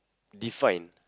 define